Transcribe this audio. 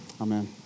amen